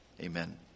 Amen